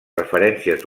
referències